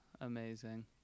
Amazing